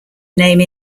name